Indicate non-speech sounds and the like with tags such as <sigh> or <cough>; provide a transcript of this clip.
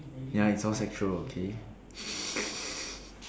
ya it's all sexual okay <noise>